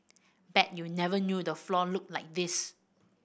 bet you never knew the floor looked like this